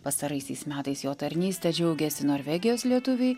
pastaraisiais metais jo tarnyste džiaugėsi norvegijos lietuviai